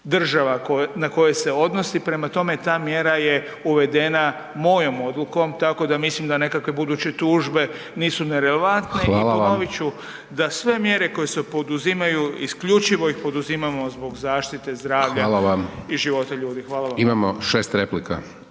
na koje se odnosi, prema tome ta mjera je uvedena mojom odlukom tako da mislim da nekakve buduće tužbe nisu nerelevantne i ponovit ću …/Upadica: Hvala vam./… da sve mjere koje se poduzimaju isključivo iz poduzimamo zbog zaštite zdravlja i života ljudi. Hvala vam. **Hajdaš Dončić,